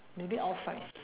maybe outside